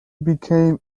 became